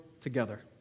together